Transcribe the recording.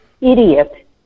idiot